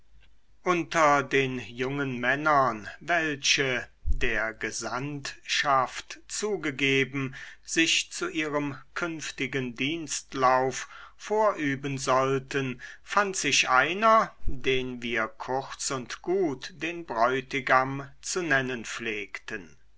unter den jungen männern welche der gesandtschaft zugegeben sich zu ihrem künftigen dienstlauf vorüben sollten fand sich einer den wir kurz und gut den bräutigam zu nennen pflegten